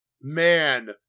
Man